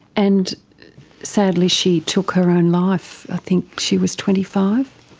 and sadly she took her own life, i think she was twenty five?